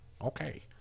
Okay